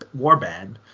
warband